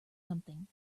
something